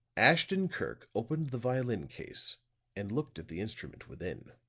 ashton-kirk opened the violin case and looked at the instrument within.